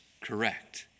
correct